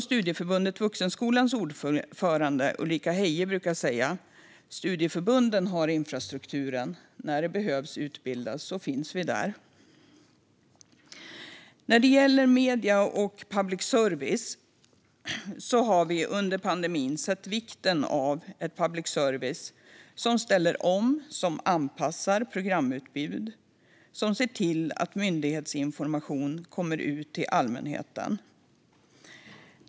Studieförbundet Vuxenskolans ordförande Ulrika Heie brukar säga: Studieförbunden har infrastrukturen. När det behöver utbildas finns vi där. När det gäller medier och public service har vi under pandemin sett vikten av ett public service som ställer om, som anpassar programutbud och som ser till att myndighetsinformation kommer ut till allmänheten.